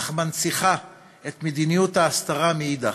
אך מנציחה את מדיניות ההסתרה מאידך,